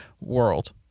world